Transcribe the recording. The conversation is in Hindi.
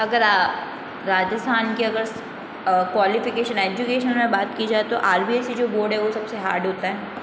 अगर राजस्थान के अगर क्वालिफ़ीकेशन एजुकेशन में बात की जाए तो R B C S E जो बोर्ड है वह सबसे हार्ड होता है